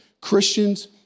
Christians